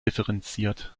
differenziert